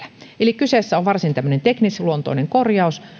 eli kyseessä on varsin tämmöinen teknisluonteinen korjaus